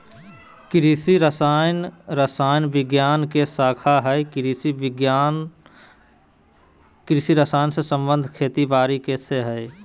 कृषि रसायन रसायन विज्ञान के शाखा हई कृषि रसायन के संबंध खेती बारी से हई